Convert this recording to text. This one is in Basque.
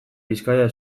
bizkaia